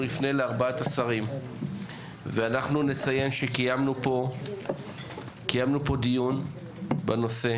אנחנו נפנה לארבעת השרים ואנחנו נציין שקיימנו פה דיון בנושא,